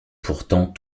pourtant